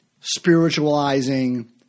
spiritualizing